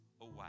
away